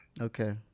Okay